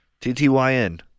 T-T-Y-N